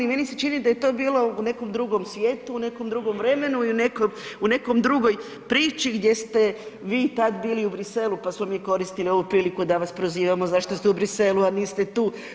I meni se čini da je to bilo u nekom drugom svijetu, u nekom drugom vremenu i u nekoj drugoj priči gdje ste vi tad bili u Bruxelles-u, pa smo mi koristili ovu priliku da vas prozivamo zašto ste u Bruxelles-u, a niste tu.